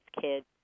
Kids